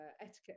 etiquette